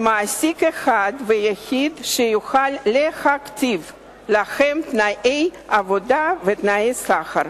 מעסיק אחד ויחיד שיוכל להכתיב להם תנאי עבודה ותנאי שכר